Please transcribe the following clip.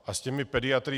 A s těmi pediatry.